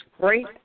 great